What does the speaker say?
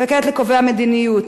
וכעת לקובעי המדיניות.